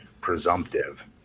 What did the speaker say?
presumptive